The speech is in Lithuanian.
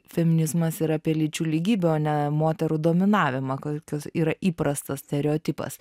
feminizmas ir apie lyčių lygybę o ne moterų dominavimą kol kas yra įprastas stereotipas